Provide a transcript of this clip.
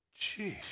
Jeez